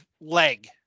leg